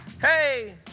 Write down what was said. Hey